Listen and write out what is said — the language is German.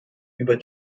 über